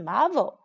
Marvel